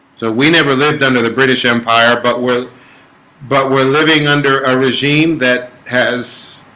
so we never lived under the british empire, but will but we're living under a regime that has